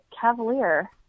Cavalier